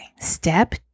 Step